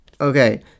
Okay